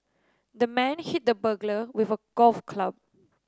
the man hit the burglar with a golf club